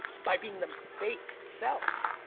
by being them fake selves.